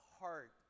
heart